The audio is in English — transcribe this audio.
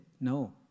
No